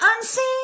unseen